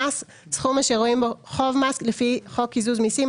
"מס" סכום אשר רואים אותו כחוב מס לפי חוק קיזוז מסים,